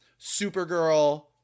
supergirl